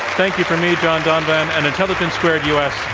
thank you from me, john donvan and intelligence squared u. s.